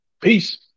Peace